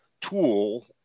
tool